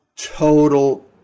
Total